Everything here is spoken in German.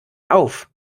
auf